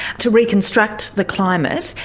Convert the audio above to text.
to reconstruct the climate,